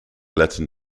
latin